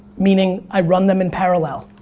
meaning i run them in parallel.